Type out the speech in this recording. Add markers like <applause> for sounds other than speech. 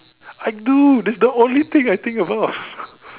I do that's the only thing I think about <laughs>